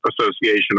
Association